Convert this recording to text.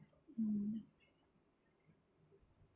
mm